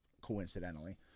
coincidentally